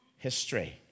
History